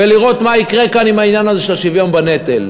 ולראות מה יקרה כאן עם העניין הזה של השוויון בנטל.